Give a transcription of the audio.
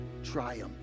triumph